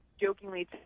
jokingly